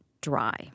dry